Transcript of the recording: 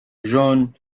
جون